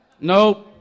No